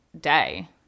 day